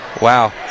Wow